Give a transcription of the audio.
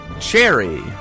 Cherry